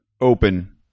open